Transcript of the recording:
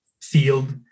field